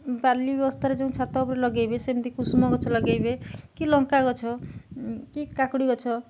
ବାଲି ବସ୍ତାରେ ଯେମିତି ଛାତ ଉପରେ ଲଗେଇବେ ସେମିତି କୁସୁମ ଗଛ ଲଗେଇବେ କି ଲଙ୍କା ଗଛ କି କାକୁଡ଼ି ଗଛ